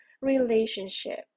relationship